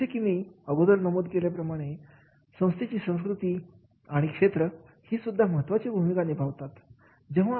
जसे की मी अगोदर नमूद केल्याप्रमाणे संस्थेची संस्कृती आणि क्षेत्र हीसुद्धा महत्त्वाची भूमिका निभावतात